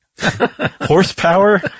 horsepower